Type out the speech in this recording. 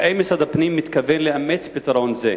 האם משרד הפנים מתכוון לאמץ פתרון זה?